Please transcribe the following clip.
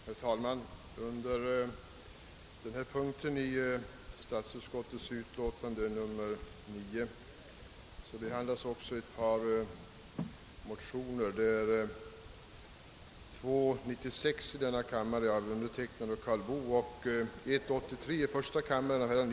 Herr talman! Under denna punkt i statsutskottets utlåtande nr 9 behandlas också ett par motioner, I: 83 av herrar Nils Nilsson och Stefanson och II:96 av herr Boo och mig själv.